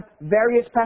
various